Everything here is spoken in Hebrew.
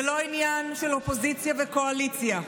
זה לא עניין של אופוזיציה וקואליציה,